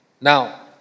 Now